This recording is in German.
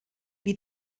wie